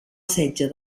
setge